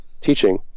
teaching